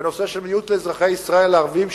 בנושא של מדיניות לאזרחי ישראל הערבים,